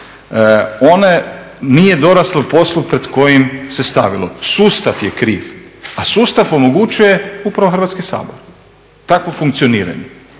Ono nije doraslo poslu pred koje se stavilo. Sustav je kriv, a sustav omogućuje upravo Hrvatski sabor. Takvo funkcioniranje